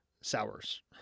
sours